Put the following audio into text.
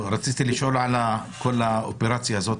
רציתי לשאול על האופרציה הזאת,